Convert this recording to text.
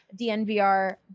DNVR